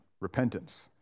repentance